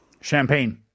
Champagne